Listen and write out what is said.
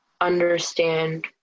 understand